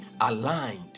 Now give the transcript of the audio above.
aligned